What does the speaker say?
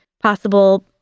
possible